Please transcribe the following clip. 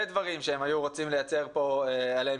דברים שהם היו רוצים לייצר פה שינויים.